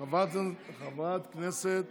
חברת הכנסת